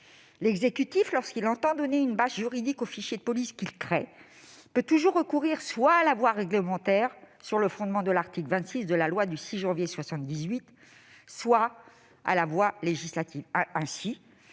L'exécutif, lorsqu'il entend donner une base juridique aux fichiers de police qu'il crée, peut toujours recourir soit à la voie réglementaire, sur le fondement de l'article 26 de la loi du 6 janvier 1978, soit à la voie législative.